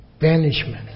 banishment